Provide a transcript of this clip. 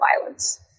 violence